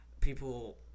People